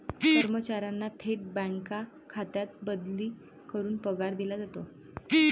कर्मचाऱ्यांना थेट बँक खात्यात बदली करून पगार दिला जातो